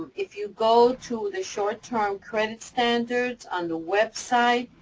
if you go to the short-term credit standards on the website,